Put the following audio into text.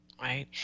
right